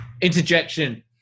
Interjection